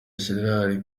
gérard